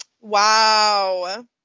Wow